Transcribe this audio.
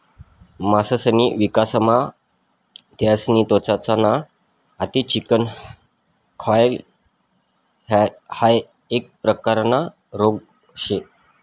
मासासनी विकासमा त्यासनी त्वचा ना अति चिकनं व्हयन हाइ एक प्रकारना रोग शे